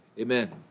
Amen